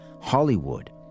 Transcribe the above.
Hollywood